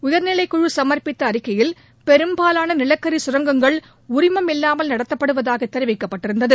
உயர்நிலைக்குழு சமர்ப்பித்த அறிக்கையில் பெரும்பாவான நிலக்கரி சுரங்கங்கள் உரிமம் இல்லாமல் நடத்தப்படுவதாக தெரிவிக்கப்பட்டிருந்தது